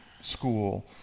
school